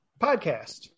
podcast